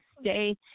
stay